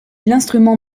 l’instrument